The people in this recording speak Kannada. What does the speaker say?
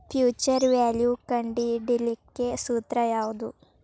ಫ್ಯುಚರ್ ವ್ಯಾಲ್ಯು ಕಂಢಿಡಿಲಿಕ್ಕೆ ಸೂತ್ರ ಯಾವ್ದು?